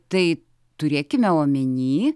tai turėkime omeny